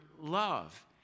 love